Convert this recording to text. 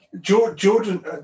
Jordan